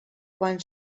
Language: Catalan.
quan